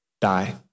die